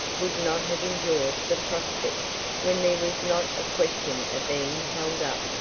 would not have enjoyed the prospect when there was not a question of being held up,